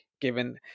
given